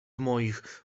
moich